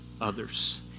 others